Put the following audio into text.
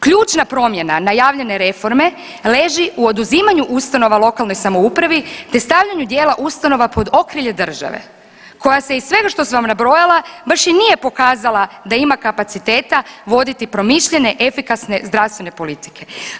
Ključna promjena najavljene reforme leži u oduzimanju ustanova lokalnoj samoupravi te stavljanju dijela ustanova pod okrilje države koja se iz svega što sam vam nabrojala baš i nije pokazala da ima kapaciteta voditi promišljene, efikasne zdravstvene politike.